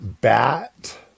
bat